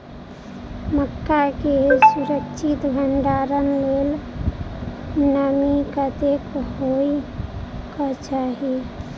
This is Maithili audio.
मक्का केँ सुरक्षित भण्डारण लेल नमी कतेक होइ कऽ चाहि?